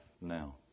now